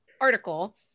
article